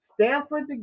Stanford